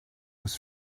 was